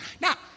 Now